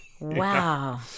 Wow